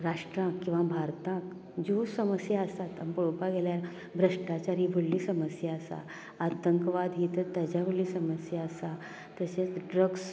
राष्ट्रांक किंवां भारतांत ज्यो समस्या आसात पळोवपाक गेल्यार भ्रश्टाचार ही एक व्हडली समस्या आसा आतंकवाद ही तर तेज्या व्हडली समस्या आसा तशेंच ड्रग्स